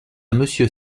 monsieur